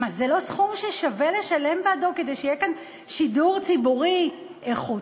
זה לא סכום ששווה לשלם בעדו כדי שיהיה כאן שידור ציבורי איכותי,